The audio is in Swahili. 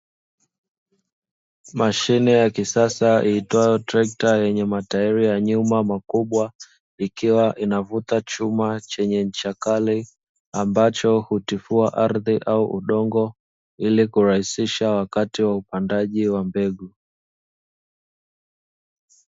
Mashine ya kisasa iitwayo trekta yenye matairi ya nyuma makubwa, ikiwa inavuta chuma chenye ncha kali ambacho hutifua ardhi au udongo, ili kurahisisha wakati wa upandaji wa mbegu.